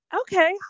Okay